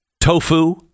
Tofu